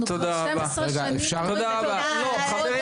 תודה רבה.